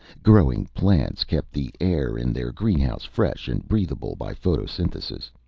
growing plants kept the air in their greenhouse fresh and breathable by photosynthesis.